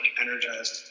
energized